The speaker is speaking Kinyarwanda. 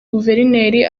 guverineri